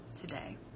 today